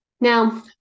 Now